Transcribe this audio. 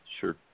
Sure